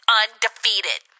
undefeated